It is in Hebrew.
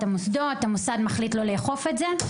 המוסדות והמוסד מחליט לא לאכוף את זה,